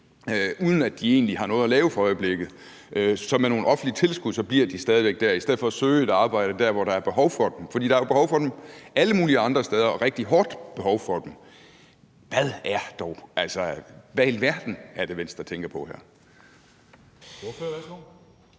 uden at de egentlig har noget at lave for øjeblikket. Så med nogle offentlige tilskud bliver de stadig væk der i stedet for at søge et arbejde dér, hvor der er behov for dem, for der er jo behov for dem alle mulige andre steder og rigtig hårdt behov for dem. Hvad i alverden er det, Venstre tænker på her?